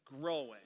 growing